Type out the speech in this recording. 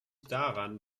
daran